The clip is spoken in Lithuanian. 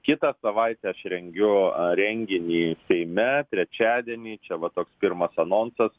kitą savaitę aš rengiu renginį seime trečiadienį čia va toks pirmas anonsas